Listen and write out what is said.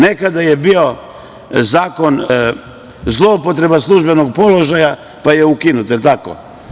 Nekada je bio zakon – zloupotreba službenog položaja, pa je ukinut, jel tako?